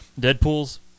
Deadpool's